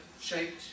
shaped